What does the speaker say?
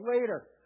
later